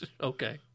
Okay